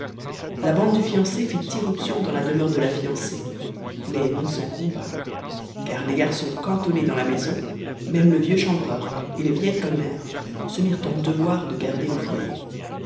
la bande du fiancé fit irruption dans la demeure de la fiancée mais non sans combat car les garçons cantonnés dans la maison même le vieux chanvreur et les vieilles commères se mirent en devoir de garder le foyer